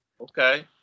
Okay